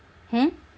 hmm